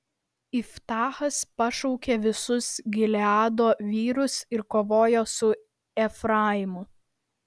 iftachas pašaukė visus gileado vyrus ir kovojo su efraimu